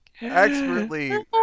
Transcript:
expertly